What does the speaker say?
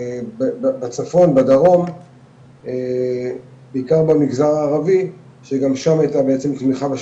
בצפון בדרום בעיקר במגזר הערבי שגם שם הייתה בעצם תמיכה של